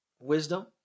wisdom